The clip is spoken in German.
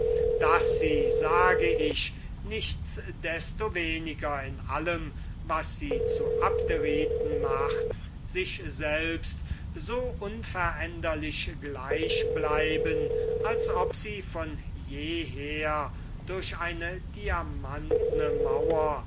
daß sie sage ich nichts destoweniger in allem was sie zu abderiten macht sich selbst so unveränderlich gleich bleiben als ob sie von jeher durch eine diamantne mauer